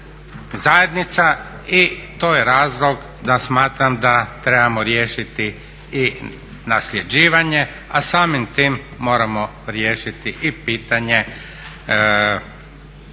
zajednica i to je razlog da smatram da trebamo riješiti i nasljeđivanje, a samim tim moramo riješiti i pitanje mirovine